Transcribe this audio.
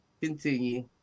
Continue